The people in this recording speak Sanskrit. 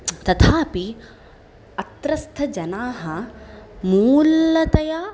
तथापि अत्रस्थजनाः मूलतया